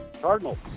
Cardinals